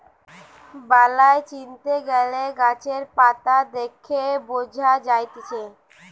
বালাই চিনতে গ্যালে গাছের পাতা দেখে বঝা যায়তিছে